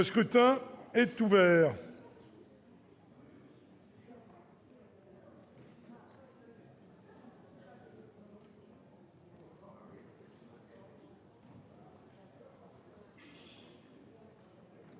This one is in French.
Le scrutin est ouvert.